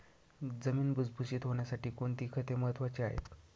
जमीन भुसभुशीत होण्यासाठी कोणती खते महत्वाची आहेत?